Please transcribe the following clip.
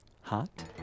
hot